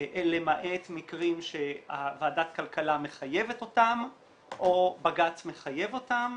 למעט מקרים שוועדת הכלכלה מחייבת אותם או בג"צ מחייב אותם,